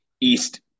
East –